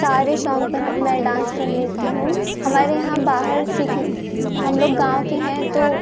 सारे सोंग पर हम मैं डांस कर लेती हूँ हमारे यहाँ बाहर सीखने हम लोग गाँव के हैं तो